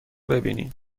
ببینی